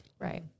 Right